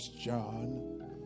John